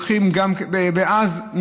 ואז,